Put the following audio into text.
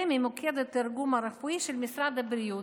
ממוקד התרגום הרפואי של משרד הבריאות.